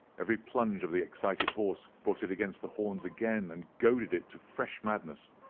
every plunge of the excited horse brought it against the horns again, and goaded it to fresh madness.